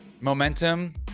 Momentum